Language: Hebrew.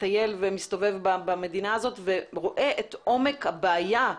מטייל ומסתובב במדינה הזאת ורואה את עומק הבעיה,